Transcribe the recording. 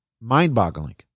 mind-boggling